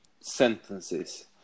sentences